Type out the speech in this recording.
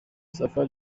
safa